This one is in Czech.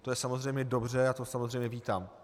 To je samozřejmě dobře a to samozřejmě vítám.